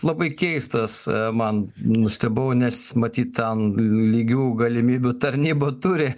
labai keistas man nustebau nes matyt ten lygių galimybių tarnyba turi